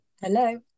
Hello